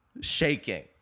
shaking